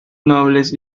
nobles